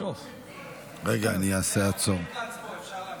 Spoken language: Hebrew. אופיר כץ פה, אפשר להמשיך.